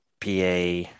PA